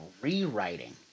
rewriting